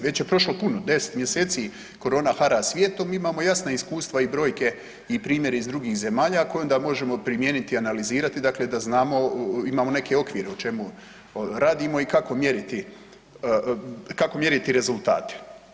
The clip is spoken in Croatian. Već je prošlo puno, 10 mjeseci korona hara svijetom i imamo jasna iskustva i brojke i primjere iz drugih zemalja koje onda možemo primijeniti, analizirati dakle da znamo, imamo neke okvire o čemu radimo i kako mjeriti rezultate.